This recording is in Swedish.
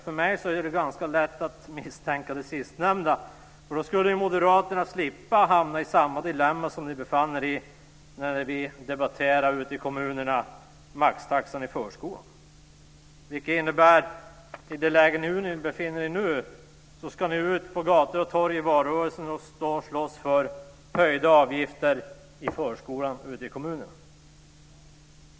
För mig är det ganska lätt att misstänka det sistnämnda. Då skulle ju ni moderater slippa hamna i samma dilemma som ni befann er i när vi debatterade maxtaxan i förskolan ute i kommunerna. Det innebär att ni, i det läge som ni befinner er i nu, ska ut på gator och torg i valrörelsen och stå och slåss för höjda avgifter i förskolan ute i kommunerna.